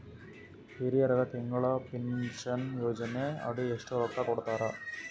ಹಿರಿಯರಗ ತಿಂಗಳ ಪೀನಷನಯೋಜನ ಅಡಿ ಎಷ್ಟ ರೊಕ್ಕ ಕೊಡತಾರ?